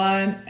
One